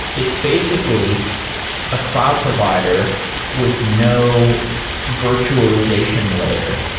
it's basically a cloud provider with no virtualization layer.